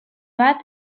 bat